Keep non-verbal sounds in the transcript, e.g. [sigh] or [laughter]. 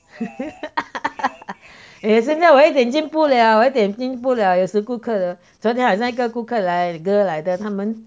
[laughs] 我现在有一点进步了一点进步了有时顾客昨天好像一个顾客来 girl 来的他们